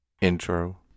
intro